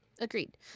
Agreed